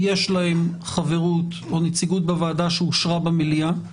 יש להם חברות או נציגות בוועדה שאושרה במליאה.